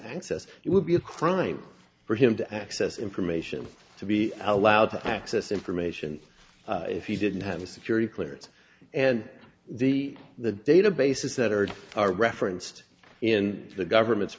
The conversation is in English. access it would be a crime for him to access information to be allowed to access information if he didn't have a security clearance and the the databases that are are referenced in the government's